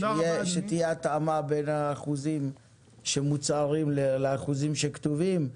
שתהיה התאמה בין האחוזים שמוצהרים לאחוזים שכתובים.